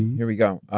here we go.